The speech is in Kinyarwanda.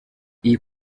iyi